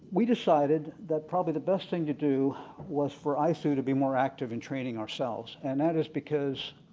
we decided that probably the best thing to do was for isoo to be more active in training ourselves. and that is because